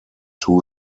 two